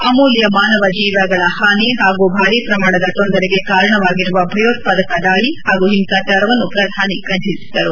ಅಮೂಲ್ಯ ಮಾನವ ಜೀವಗಳ ಹಾನಿ ಹಾಗೂ ಭಾರಿ ಪ್ರಮಾಣದ ತೊಂದರೆಗೆ ಕಾರಣವಾಗಿರುವ ಭಯೋತ್ಸಾದಕ ದಾಳಿ ಹಾಗೂ ಹಿಂಸಾಚಾರವನ್ನು ಪ್ರಧಾನಿ ಖಂಡಿಸಿದರು